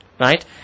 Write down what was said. Right